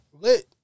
lit